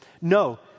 No